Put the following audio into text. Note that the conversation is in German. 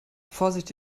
vorsicht